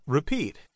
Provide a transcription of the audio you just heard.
Repeat